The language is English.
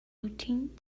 rotting